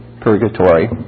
purgatory